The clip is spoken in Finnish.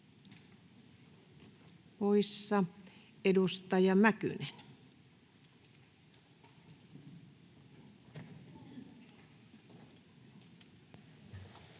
poissa, edustaja Nikkanen